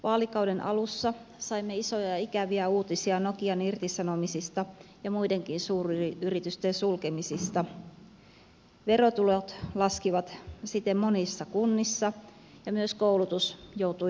vaalikauden alussa saimme isoja ja ikäviä uutisia nokian irtisanomisista ja muidenkin suuryritysten sulkemisista verotulot laskivat siten monissa kunnissa ja myös koulutus joutui säästökuurille